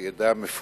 שהיא עדה מפוארת,